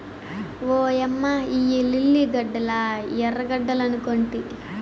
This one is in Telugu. ఓయమ్మ ఇయ్యి లిల్లీ గడ్డలా ఎర్రగడ్డలనుకొంటి